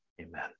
Amen